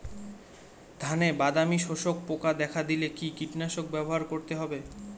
ধানে বাদামি শোষক পোকা দেখা দিলে কি কীটনাশক ব্যবহার করতে হবে?